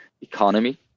economy